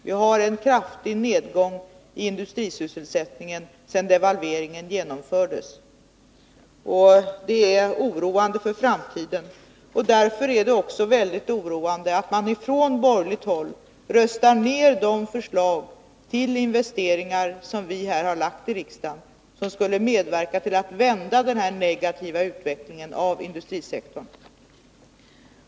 Vi har haft en kraftig nedgång i industrisysselsättningen sedan devalveringen genomfördes. Det är oroande för framtiden. Därför är det också väldigt oroande att man på borgerligt håll röstar ned de förslag till investeringar som vi lagt i riksdagen och som skulle medverka till att vända den här negativa utvecklingen i industrisektorn.